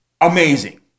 amazing